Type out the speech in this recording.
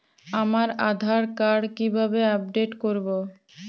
আমার আধার কার্ড কিভাবে আপডেট করব?